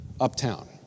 uptown